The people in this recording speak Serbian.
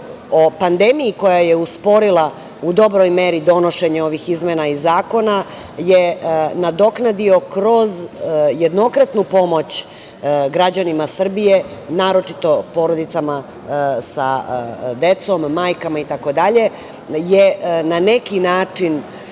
o pandemiji koja je usporila u dobroj meri donošenje ovih izmena i zakona je nadoknadio kroz jednokratnu pomoć građanima Srbije, naročito porodicama sa decom, majkama itd, je na neki način